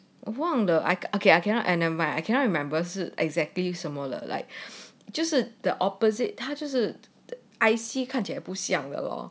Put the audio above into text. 望 I okay I cannot never mind right I cannot remember exactly similar like 就是 the opposite 他就是 I_C 看起来不像的 lor